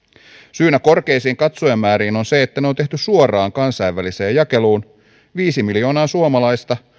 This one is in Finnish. syynä korkeisiin katsojamääriin on se että ne on tehty suoraan kansainväliseen jakeluun viisi miljoonaa suomalaista